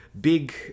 big